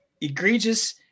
egregious